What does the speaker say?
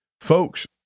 folks